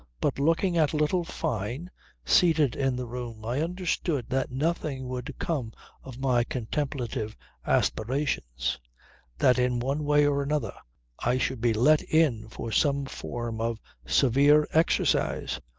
but looking at little fyne seated in the room i understood that nothing would come of my contemplative aspirations that in one way or another i should be let in for some form of severe exercise.